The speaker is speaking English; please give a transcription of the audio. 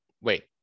wait